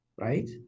Right